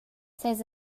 ses